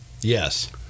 yes